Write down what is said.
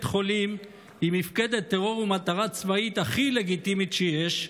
חולים היא מפקדת טרור ומטרה צבאית הכי לגיטימית שיש,